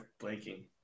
blanking